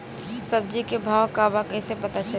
सब्जी के भाव का बा कैसे पता चली?